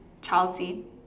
child seat